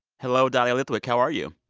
hello, dahlia lithwick, how are you?